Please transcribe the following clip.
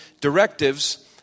directives